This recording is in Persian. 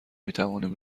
میتوانیم